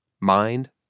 mind